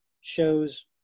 shows